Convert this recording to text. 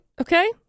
Okay